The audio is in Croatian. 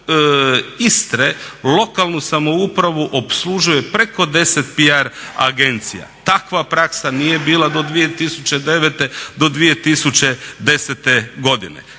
Istre lokalnu samoupravu opslužuje preko 10 PR agencija. Takva praksa nije bila do 2009., do 2010.godine.